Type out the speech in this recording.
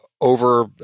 over